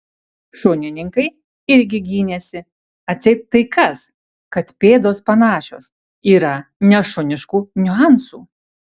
šunininkai irgi gynėsi atseit tai kas kad pėdos panašios yra nešuniškų niuansų